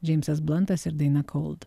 džeimsas blantas ir daina cold